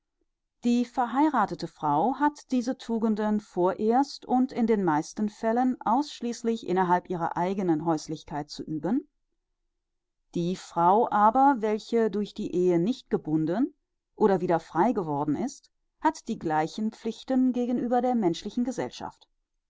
die verheirathete frau hat diese tugenden vorerst und in den meisten fällen ausschließlich innerhalb ihrer eignen häuslichkeit zu üben die frau aber welche durch die ehe nicht gebunden oder wieder frei geworden ist hat ganz die gleichen pflichten gegenüber der menschlichen gesellschaft